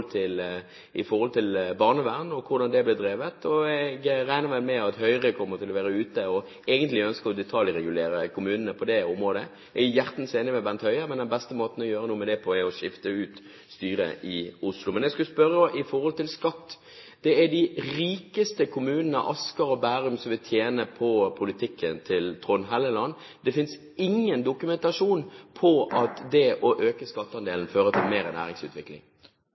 til barnevern, og hvordan det blir drevet. Jeg regner vel med at Høyre kommer til å være ute og egentlig ønske å detaljregulere kommunene på det området. Jeg er hjertens enig med Bent Høie, men den beste måten å gjøre noe med det på er å skifte ut styret i Oslo. Men jeg skulle spørre om skatt. Det er de rikeste kommunene, Asker og Bærum, som vil tjene på politikken til Trond Helleland. Det finnes ingen dokumentasjon på at det å øke skatteandelen fører til mer næringsutvikling.